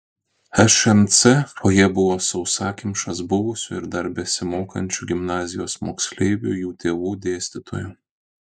šmc fojė buvo sausakimšas buvusių ir dar besimokančių gimnazijos moksleivių jų tėvų dėstytojų